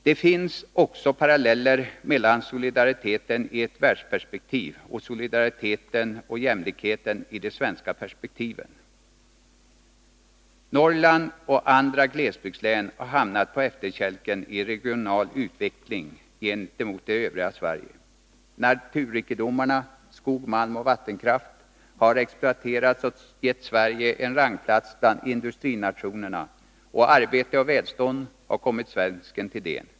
Det finns också paralleller mellan solidariteten i ett världsperspektiv och solidariteten och jämlikheten i det svenska perspektivet. Norrland och andra glesbygdsområden har hamnat på efterkälken i regional utveckling gentemot det övriga Sverige. Naturrikedomarna, skog, malm och vattenkraft, har exploaterats och gett Sverige en rangplats bland industrinationerna, och arbete och välstånd har kommit svensken till del.